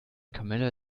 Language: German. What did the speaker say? camilla